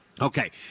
Okay